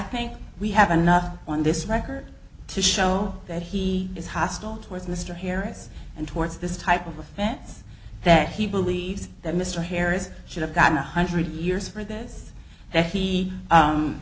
think we have enough on this record to show that he is hostile towards mr harris and towards this type of offense that he believes that mr harris should have gotten one hundred years for this that he